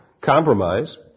compromise